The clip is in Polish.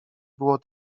było